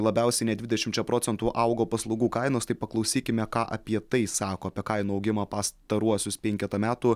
labiausiai net dvidešimčia procentų augo paslaugų kainos taip paklausykime ką apie tai sako apie kainų augimą pastaruosius penketą metų